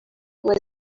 was